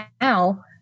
Now